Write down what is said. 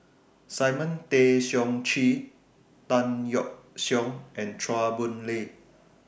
Simon Tay Seong Chee Tan Yeok Seong and Chua Boon Lay